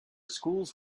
school’s